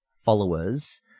followers